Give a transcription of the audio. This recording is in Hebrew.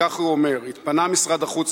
וכך הוא אומר: "התפנה משרד החוץ",